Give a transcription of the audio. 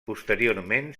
posteriorment